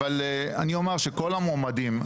אבל אני אומר שכל המועמדים,